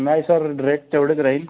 नाही sir rate तेवढेच राहील